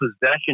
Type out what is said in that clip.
possession